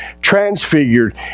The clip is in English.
transfigured